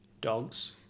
Dogs